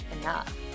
enough